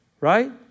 right